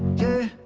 yeah